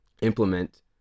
implement